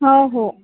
हो हो